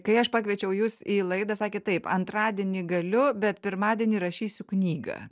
kai aš pakviečiau jus į laidą sakėt taip antradienį galiu bet pirmadienį rašysiu knygą